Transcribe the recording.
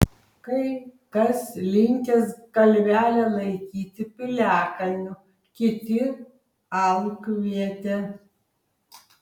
kai kas linkęs kalvelę laikyti piliakalniu kiti alkviete